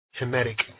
hemetic